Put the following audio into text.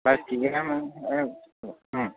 plastic